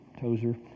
Tozer